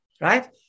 right